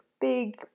big